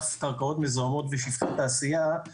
מאגף קרקעות מזוהמות ושפכי תעשייה.